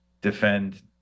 defend